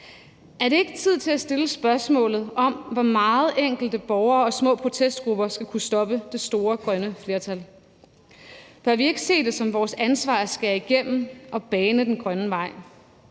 Er det ikke tid til at stille spørgsmålet, hvor meget enkelte borgere og små protestgrupper skal kunne stoppe det store grønne flertal? Bør vi ikke se det som vores ansvar at skære igennem og bane den grønne vej?